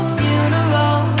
funeral